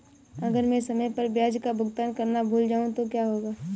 अगर मैं समय पर ब्याज का भुगतान करना भूल जाऊं तो क्या होगा?